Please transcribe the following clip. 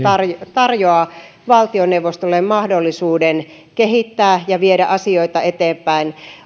tarjoaa valtioneuvostolle mahdollisuuden kehittää ja viedä asioita eteenpäin